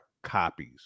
copies